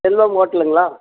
செல்வம் ஹோட்டலுங்களா